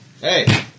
Hey